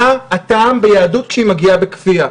מה הטעם ביהדות כשהיא מגיעה בכפייה?